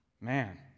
Man